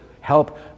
help